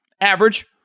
average